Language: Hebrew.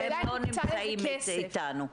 והם לא נמצאים אתנו.